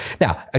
Now